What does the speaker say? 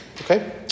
okay